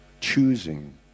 Choosing